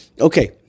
Okay